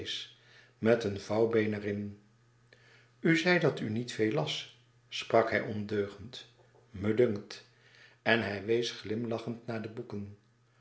met een vouwbeen er in u zei dat u niet veel las sprak hij ondeugend me dunkt en hij wees glimlachend naar de boeken